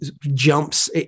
jumps